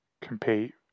compete